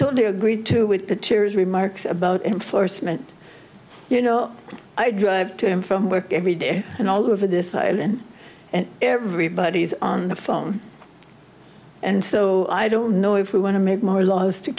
totally agree too with the cheers remarks about enforcement you know i drive to and from work every day and all over this island and everybody's on the phone and so i don't know if we want to make more laws to